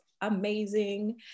amazing